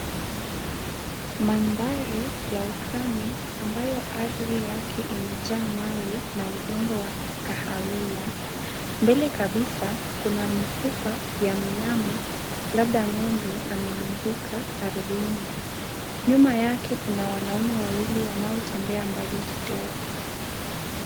Mandhari ya ukame ambayo ardhi yake imejaa mawe na udongo wa kahawia. Mbele kabisa kuna mifupa ya mnyama labda ng'ombe ameanguka ardhini. Nyuma yake kuna wanaume wawili waliotembea mbali kidogo.